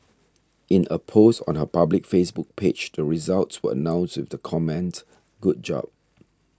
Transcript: in a post on her public Facebook page the results were announced with the comment Good job